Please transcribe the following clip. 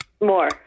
More